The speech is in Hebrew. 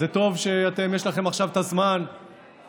וזה טוב שיש לכם עכשיו את הזמן והפניות